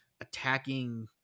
attacking